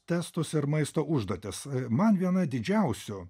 testus ir maisto užduotis man viena didžiausių